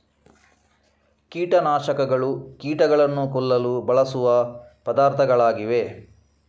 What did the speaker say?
ಕೀಟ ನಾಶಕಗಳು ಕೀಟಗಳನ್ನು ಕೊಲ್ಲಲು ಬಳಸುವ ಪದಾರ್ಥಗಳಾಗಿವೆ